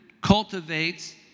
cultivates